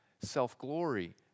self-glory